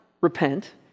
repent